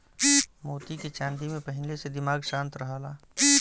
मोती के चांदी में पहिनले से दिमाग शांत रहला